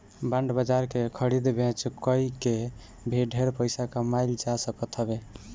bond बाजार के खरीद बेच कई के भी ढेर पईसा कमाईल जा सकत हवे